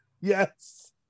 Yes